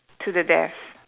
to the death